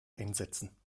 einsätzen